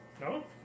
No